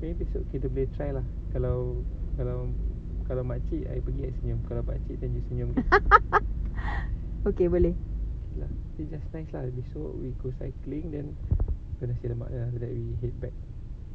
okay boleh